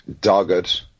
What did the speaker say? Dogged